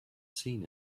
seen